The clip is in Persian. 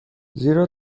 زیرا